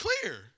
clear